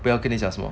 我要跟你讲什么